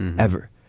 and ever.